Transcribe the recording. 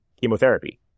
chemotherapy